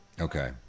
Okay